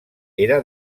era